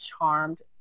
charmed